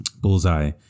Bullseye